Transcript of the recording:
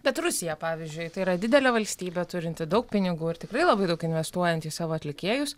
bet rusija pavyzdžiui tai yra didelė valstybė turinti daug pinigų ir tikrai labai daug investuojanti į savo atlikėjus